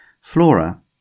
Flora